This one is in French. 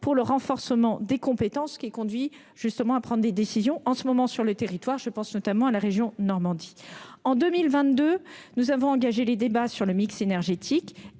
au renforcement des compétences, ce qui conduit à prendre des décisions sur le territoire- je pense notamment à la région Normandie. En 2022, nous avons engagé les débats sur le mix énergétique